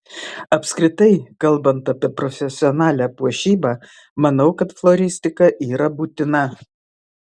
apskritai kalbant apie profesionalią puošybą manau kad floristika yra būtina